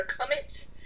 comments